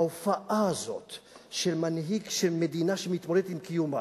ההופעה הזאת של מנהיג של מדינה שמתמודדת עם קיומה,